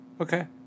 Okay